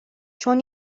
چون